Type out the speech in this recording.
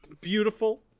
Beautiful